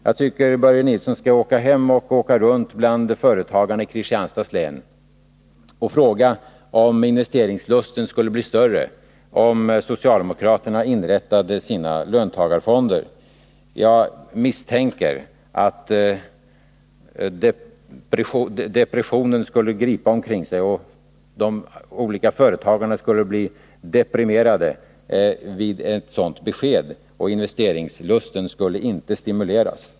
Jag tycker att Börje Nilsson skall åka runt bland företagarna i Kristianstads län och fråga om investeringslusten skulle bli större om socialdemokraterna inrättade sina löntagarfonder. Jag misstänker att depressionen skulle gripa omkring sig; de olika företagarna skulle bli deprimerade vid ett sådant besked, och investeringslusten skulle inte stimuleras.